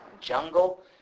jungle